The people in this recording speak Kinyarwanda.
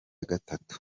gatatu